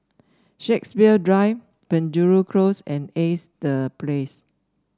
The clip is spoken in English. Shepherds Drive Penjuru Close and Ace The Place